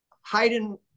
Haydn